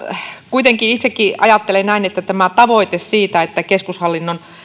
kuitenkin itsekin ajattelen näin että tämä tavoite siitä että keskushallinnon